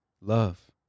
love